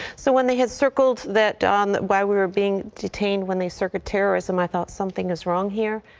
so when the has circled that don that by were being detained when they circuit terrorism i thought something is wrong here.